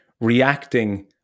reacting